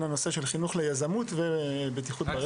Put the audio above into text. הנושא של חינוך ליזמות לבין בטיחות ברשת.